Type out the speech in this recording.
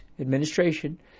administration